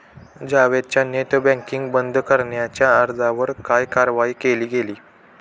जावेदच्या net banking बंद करण्याच्या अर्जावर काय कारवाई केली गेली?